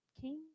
King